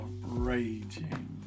raging